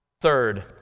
Third